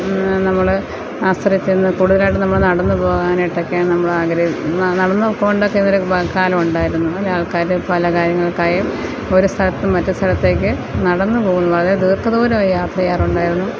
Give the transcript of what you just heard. നമ്മൾ ആശ്രയിച്ചിരുന്ന നമ്മൾ നടന്ന പോകാനായിട്ടൊക്കെയാണ് നമ്മൾ ആഗ്രഹി നടന്നു പോകേണ്ടൊക്കെ ഒരു കാലമുണ്ടായിരുന്നു ആൾക്കാർ പല കാര്യങ്ങൾക്കായും ഒരു സ്ഥലത്ത് മറ്റൊരു സ്ഥലത്തേക്ക് നടന്നു പോകുന്നു വളരെ ദീർഘദൂരം യാത്ര ചെയ്യാറുണ്ടായിരുന്നു